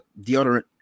deodorant